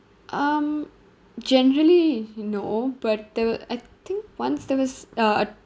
um generally no but there wa~ I think once there was uh